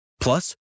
Plus